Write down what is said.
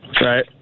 Right